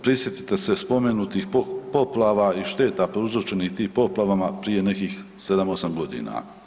Prisjetite se spomenutih poplava i šteta prouzročenih tim poplavama prije nekih 7, 8 godina.